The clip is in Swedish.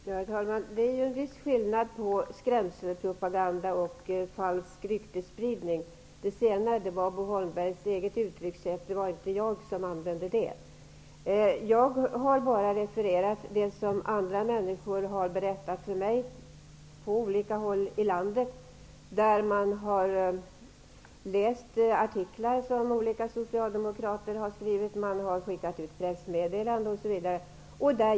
Herr talman! Det är en viss skillnad på skrämselpropaganda och falsk ryktesspridning. Det senare var Bo Holmbergs eget uttryck, det var inte jag som använde det. Jag har bara refererat det som andra människor har berättat för mig på olika håll i landet, där de har läst artiklar som olika socialdemokrater har skrivit, skickat pressmeddelanden om, osv.